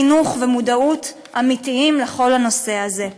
חינוך ומודעות אמיתיים לכל הנושא הזה.